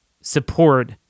support